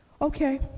Okay